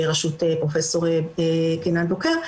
בראשות פרופ' קינן בוקר,